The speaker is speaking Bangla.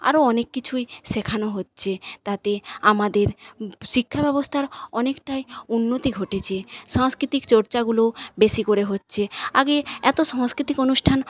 আরো অনেক কিছুই শেখানো হচ্ছে তাতে আমাদের শিক্ষা ব্যবস্থার অনেকটাই উন্নতি ঘটেছে সাংস্কৃতিক চর্চাগুলো বেশী করে হচ্ছে আগে এতো সংস্কৃতিক অনুষ্ঠান